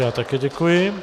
Já také děkuji.